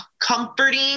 comforting